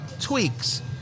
tweaks